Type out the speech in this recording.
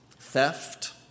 theft